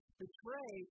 betray